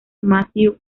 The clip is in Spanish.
matthew